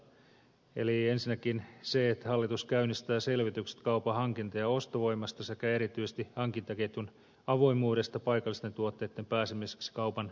ensinnäkin on se että hallitus käynnistää selvitykset kaupan hankinta ja ostovoimasta sekä erityisesti hankintaketjun avoimuudesta paikallisten tuotteitten pääsemiseksi kaupan jakeluun